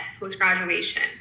post-graduation